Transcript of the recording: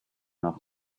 off